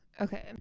Okay